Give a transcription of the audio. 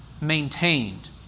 maintained